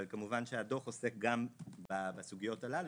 אבל כמובן שהדוח עוסק גם בסוגיות הללו.